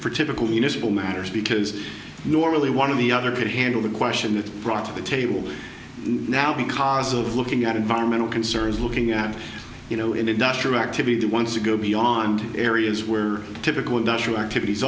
for typical municipal matters because normally one of the other could handle the question that brought to the table and now because of looking at environmental concerns looking at you know industrial activity once you go beyond areas where typical industrial activities